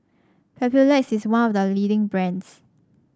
Papulex is one of the leading brands